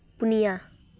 ᱯᱩᱱᱤᱭᱟ